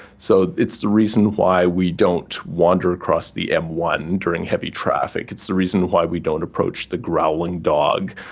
so it's the reason why we don't wander across the m one during heavy traffic. it's the reason why we don't approach the growling dog.